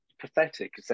pathetic